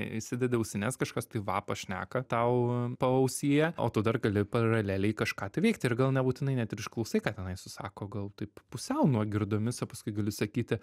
įsidedi ausines kažkas tai va pašneka tau paausyje o tu dar gali paraleliai kažką tai veikti ir gal nebūtinai net ir išklausai ką tenai susako gal taip pusiau nuogirdomis o paskui gali sakyti